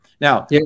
Now